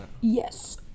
yes